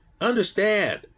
Understand